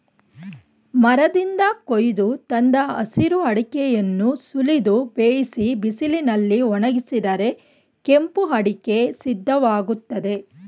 ಮರದಿಂದ ಕೊಯ್ದು ತಂದ ಹಸಿರು ಅಡಿಕೆಯನ್ನು ಸುಲಿದು ಬೇಯಿಸಿ ಬಿಸಿಲಲ್ಲಿ ಒಣಗಿಸಿದರೆ ಕೆಂಪು ಅಡಿಕೆ ಸಿದ್ಧವಾಗ್ತದೆ